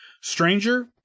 Stranger